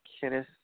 Kenneth